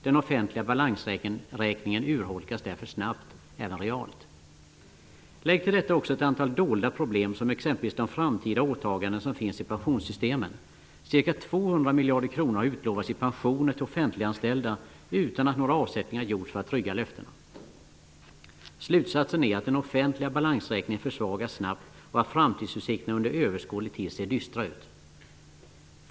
Den offentliga balansräkningen urholkas därför snabbt, även realt. Lägg till detta också ett antal dolda problem som exempelvis de framtida åtaganden som finns i pensionssystemen. Ca 200 miljarder kronor har utlovats i pensioner till offentliganställda utan att några avsättningar gjorts för att trygga löftena. Slutsatsen är att den offentliga balansräkningen försvagas snabbt och att framtidsutsikterna under överskådlig tid ser dystra ut.